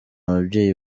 ababyeyi